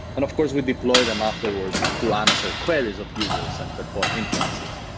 and of course we deploy them afterwards to answer queries of users and perform inferences.